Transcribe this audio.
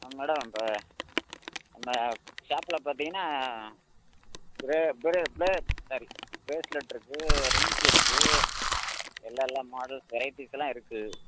ஆ madam இப்போ இந்த ஷாப்பில் பார்த்திங்கன்னா பிரே பிரே பே சாரி பிரேஸ்லெட் இருக்குது ரிங்ஸ் இருக்குது எல்லா எல்லா மாடல்ஸ் வெரைட்டிஸ்ஸெலாம் இருக்குது